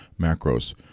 macros